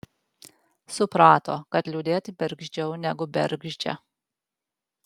suprato kad liūdėti bergždžiau negu bergždžia